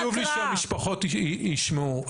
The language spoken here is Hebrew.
חשוב לי שהמשפחות ישמעו.